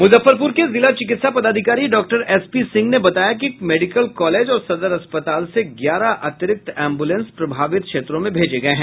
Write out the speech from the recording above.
मुजफ्फरपुर के जिला चिकित्सा पदाधिकारी डॉक्टर एसपी सिंह ने बताया कि मेडिकल कॉलेज और सदर अस्पताल से ग्यारह अतिरिक्त एम्बुलेंस प्रभावित क्षेत्रों में भेजे गये हैं